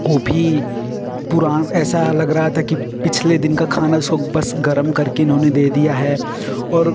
वह भी पुराना ऐसा लग रहा था कि पिछले दिन का खाना उसको बस गर्म करके इन्होंने दे दिया है और